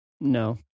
No